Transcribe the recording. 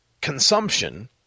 consumption